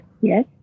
Yes